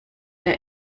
der